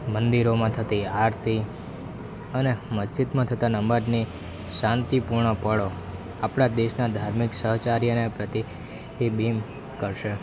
મંદિરોમાં થતી આરતી અને મસ્જિદમાં થતાં નમાજની શાંતિપૂર્ણ પળો આપણા દેશના ધાર્મિક સહચર્યને પ્રતિ બિંબિત કરશે